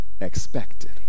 expected